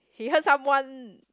he heard someone